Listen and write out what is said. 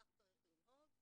כך צריך לנהוג,